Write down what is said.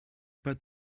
pas